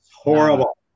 horrible